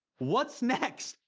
what's next?